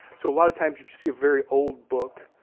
so a lot of times if you see a very old book,